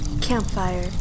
Campfire